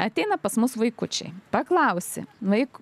ateina pas mus vaikučiai paklausi vaik